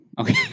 Okay